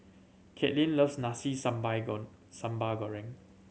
Katelin loves nasi sambal gone sambal goreng